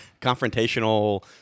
confrontational